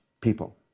people